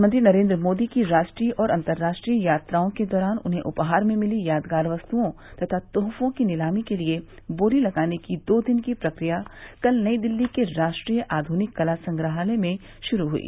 प्रधानमंत्री नरेंद्र मोदी की राष्ट्रीय और अंतरराष्ट्रीय यात्राओं के दौरान उन्हें उपहार में मिली यादगार वस्तुओं तथा तोहफों की नीलामी के लिए बोली लगाने की दो दिन की प्रक्रिया कल नई दिल्ली के राष्ट्रीय आधुनिक कला संग्रहालय में शुरू हुई